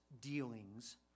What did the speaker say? dealings